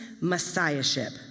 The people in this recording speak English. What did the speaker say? messiahship